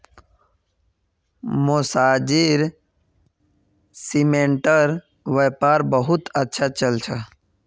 मौसाजीर सीमेंटेर व्यापार बहुत अच्छा चल छ